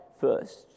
first